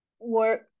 work